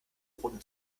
roten